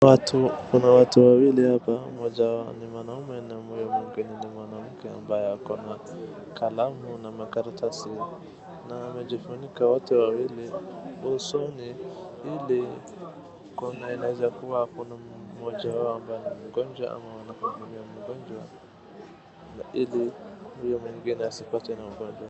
Watu, kuna watu wawili hapa, mmoja wao ni mwanamume na huyo mwingine ni mwanamke ambaye ako na kalamu na makaratasi, na amejifunika, wote wawili usoni, ili kunaweza kuwa kuna mmoja wao ambaye ni mgonjwa ama nahudumia mgonjwa ili huyo mwingine asipatwe na ugonjwa.